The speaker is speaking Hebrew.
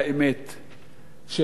של חברה כלשהי.